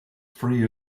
free